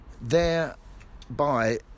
thereby